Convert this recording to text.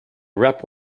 rap